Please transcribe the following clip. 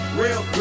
real